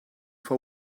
for